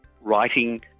writing